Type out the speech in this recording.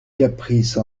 caprice